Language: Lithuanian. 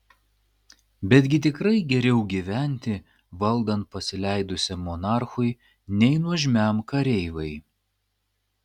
betgi tikrai geriau gyventi valdant pasileidusiam monarchui nei nuožmiam kareivai